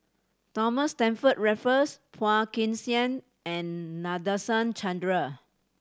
Thomas Stamford Raffles Phua Kin Siang and Nadasen Chandra